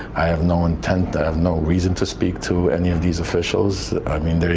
i have no intent. i have no reason to speak to any of these officials. i mean,